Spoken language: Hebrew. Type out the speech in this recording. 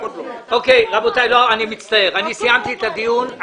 רבותיי, אני סיימתי את הדיון.